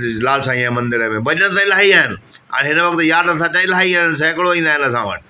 लाल साई जा मंदर में भॼन त इलाही आहिनि ऐं हिन वक़्तु यादि नथा अचनि इलाही आहिनि सैकड़ो ईंदा आहिनि असां वटि